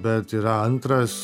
bet yra antras